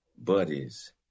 buddies